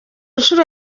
nshuro